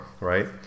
Right